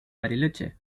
bariloche